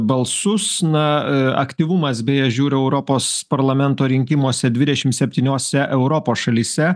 balsus na aktyvumas beje žiūriu europos parlamento rinkimuose dvidešim septyniose europos šalyse